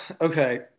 Okay